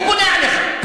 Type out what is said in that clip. הוא בונה עליך.